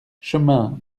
chemin